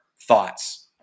thoughts